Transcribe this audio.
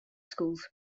schools